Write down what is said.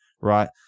right